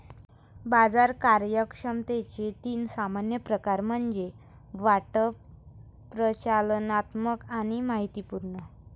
बाजार कार्यक्षमतेचे तीन सामान्य प्रकार म्हणजे वाटप, प्रचालनात्मक आणि माहितीपूर्ण